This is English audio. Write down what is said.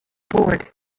board